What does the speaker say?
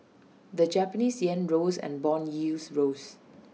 the Japanese Yen rose and Bond yields rose